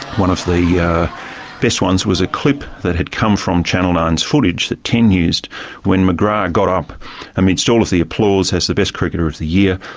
one of the yeah best ones was a clip that had come from channel nine's footage that ten used when mcgrath got up amidst all of the applause as the best cricketer of the year,